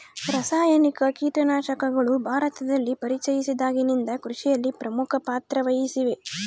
ರಾಸಾಯನಿಕ ಕೇಟನಾಶಕಗಳು ಭಾರತದಲ್ಲಿ ಪರಿಚಯಿಸಿದಾಗಿನಿಂದ ಕೃಷಿಯಲ್ಲಿ ಪ್ರಮುಖ ಪಾತ್ರ ವಹಿಸಿವೆ